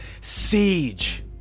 siege